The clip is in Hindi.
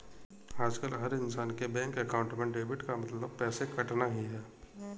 आजकल हर इन्सान के बैंक अकाउंट में डेबिट का मतलब पैसे कटना ही है